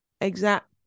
exact